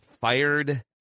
fired